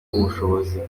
ubushobozi